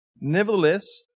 Nevertheless